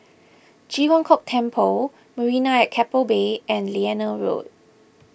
Ji Huang Kok Temple Marina at Keppel Bay and Liane Road